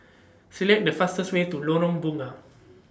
Select The fastest Way to Lorong Bunga